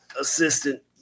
assistant